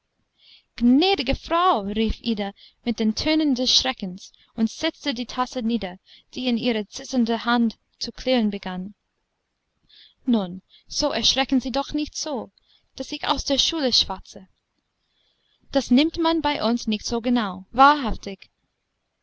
lie gnädige frau rief ida mit den tönen des schreckens und setzte die tasse nieder die in ihrer zitternden hand zu klirren begann nun so erschrecken sie doch nicht so daß ich aus der schule schwatze das nimmt man bei uns nicht so genau wahrhaftig